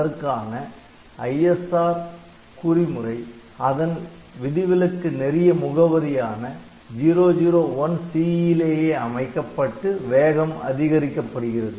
அதற்கான ISR குறிமுறை அதன் விதிவிலக்கு நெறிய முகவரியான 001C யிலேயே அமைக்கப்பட்டு வேகம் அதிகரிக்கப்படுகிறது